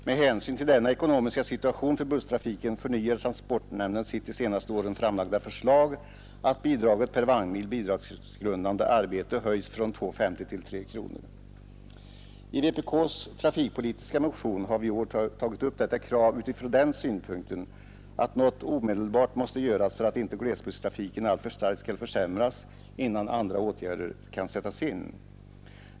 Med hänsyn till denna ekonomiska situation för busstrafiken förnyar transportnämnden sitt de senaste åren framlagda förslag att bidraget per vagnmil bidragsgrundande trafikarbete höjs från 2 kronor 50 öre till 3 kronor. I vpk:s trafikpolitiska motion har vi i år tagit upp detta krav från den synpunkten att något omedelbart måste göras för att inte glesbygdstrafiken alltför starkt skall försämras, innan andra åtgärder kan sättas in.